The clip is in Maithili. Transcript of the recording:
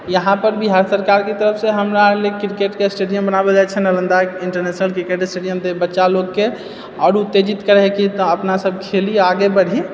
यहाँपर भी सरकारके तरफसँ हमरा स्टेडियम बनाबए ले नालन्दा इन्टरनेशनल क्रिकेट स्टेडियम देब बच्चा लोगके आरु तेजी करिके तऽ अपनासब खेली आगे बढ़ी